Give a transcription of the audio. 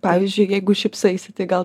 pavyzdžiui jeigu šypsaisi tai gal